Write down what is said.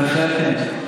בהחלט כן.